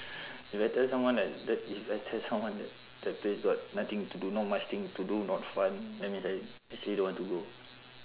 if I tell someone that that is better someone that that place got nothing to do not much thing to do not fun then is ei~ she don't want to go